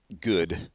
good